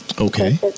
Okay